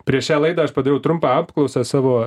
prieš šią laidą aš padariau trumpą apklausą savo